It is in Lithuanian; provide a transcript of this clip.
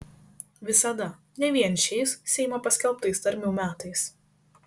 visada ne vien šiais seimo paskelbtais tarmių metais